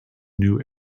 new